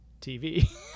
tv